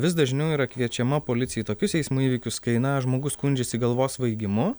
vis dažniau yra kviečiama policija į tokius eismo įvykius kai na žmogus skundžiasi galvos svaigimu